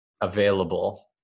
available